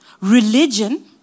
Religion